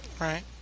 right